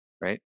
right